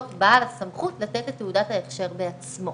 בעל הסמכות לתת את תעודת ההכשר בעצמו